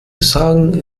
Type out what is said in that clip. sagen